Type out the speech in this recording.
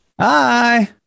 Hi